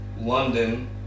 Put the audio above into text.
London